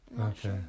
Okay